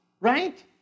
Right